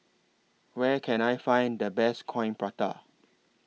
Where Can I Find The Best Coin Prata